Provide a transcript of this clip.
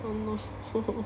oh no